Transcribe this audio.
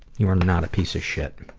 you are not a piece of shit.